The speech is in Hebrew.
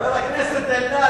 חבר הכנסת אלדד,